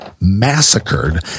massacred